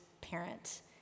parent